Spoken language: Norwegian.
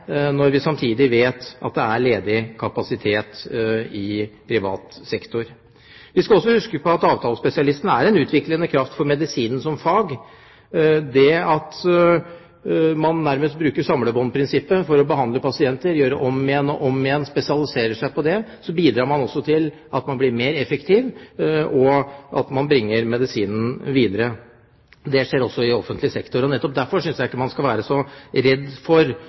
når vi samtidig vet at det er ledig kapasitet i privat sektor. Vi skal også huske på at avtalespesialistene er en utviklende kraft for medisinen som fag. Ved at man nærmest bruker samlebåndprinsippet for å behandle pasienter – gjøre ting om igjen og om igjen, og spesialisere seg på det – bidrar man til å bli mer effektiv og til å bringe medisinen videre. Det skjer også i offentlig sektor, og nettopp derfor synes jeg ikke man skal være så redd for